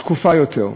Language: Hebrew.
שקופה יותר,